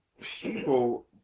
People